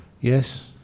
Yes